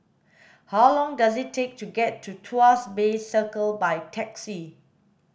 how long does it take to get to Tuas Bay Circle by taxi